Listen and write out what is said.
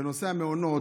בנושא המעונות,